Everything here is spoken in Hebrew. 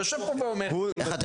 יושב פה ואומר לי: אין כניסה עם חמץ.